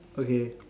okay